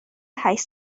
هشت